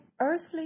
earthly